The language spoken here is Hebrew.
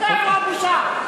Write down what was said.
איפה הבושה?